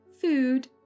food